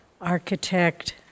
architect